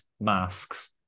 masks